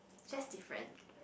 just different